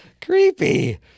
Creepy